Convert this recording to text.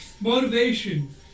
Motivation